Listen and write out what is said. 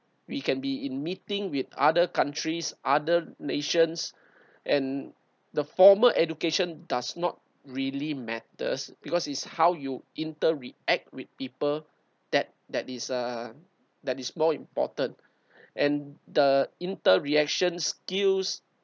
we can be in meeting with other countries other nations and the former education does not really matters because it's how you inter react with people that that is uh that is more important and the inter reaction skills